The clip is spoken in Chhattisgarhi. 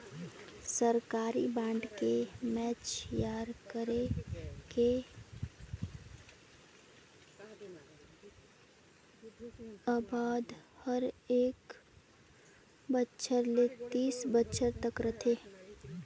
सरकारी बांड के मैच्योर करे के अबधि हर एक बछर ले तीस बछर तक रथे